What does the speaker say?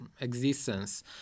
existence